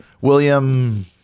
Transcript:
William